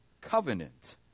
covenant